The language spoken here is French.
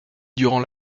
durant